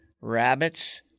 rabbits